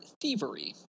Thievery